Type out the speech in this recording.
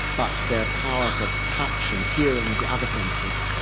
but their powers of touch and hearing, the other senses,